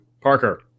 Parker